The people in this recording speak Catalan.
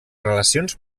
relacions